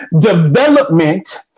Development